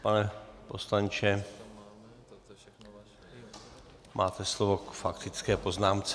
Pane poslanče, máte slovo k faktické poznámce.